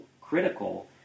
critical